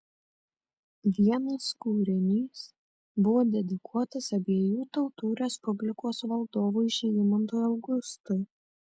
vienas kūrinys buvo dedikuotas abiejų tautų respublikos valdovui žygimantui augustui